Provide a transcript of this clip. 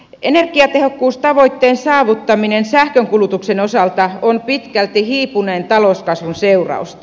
energiatehokkuustavoitteen saavuttaminen sähkönkulutuksen osalta on pitkälti hiipuneen talouskasvun seurausta